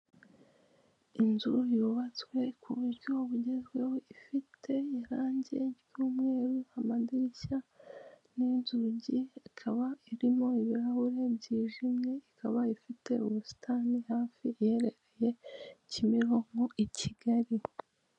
Inzu yubatswe ku buryo bugezweho ifite irange ry'umweru, amadirishya n'inzugi, ikaba irimo ibirahure byijimye, ikaba ifite ubusitani hafi iherereye Kimironko i Kigari.